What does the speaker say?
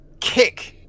kick